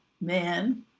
man